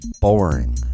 Boring